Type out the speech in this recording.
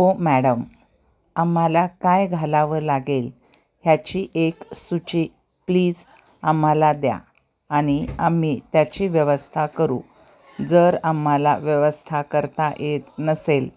हो मॅडम आम्हाला काय घालावं लागेल ह्याची एक सूची प्लीज आम्हाला द्या आणि आम्ही त्याची व्यवस्था करू जर आम्हाला व्यवस्था करता येत नसेल